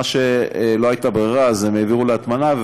מה שלא הייתה ברירה הן העבירו להטמנה,